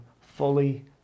fully